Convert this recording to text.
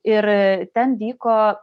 ir ten vyko